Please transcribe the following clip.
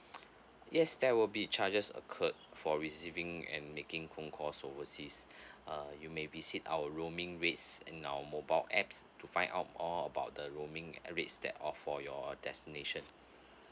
yes there will be charges occurred for receiving and making phone calls overseas uh you may visit our roaming rates in our mobile apps to find out more about the roaming uh rates that or for your destination